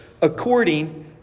according